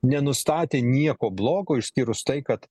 nenustatė nieko blogo išskyrus tai kad